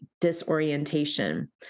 disorientation